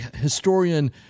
historian